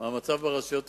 המצב ברשויות המקומיות,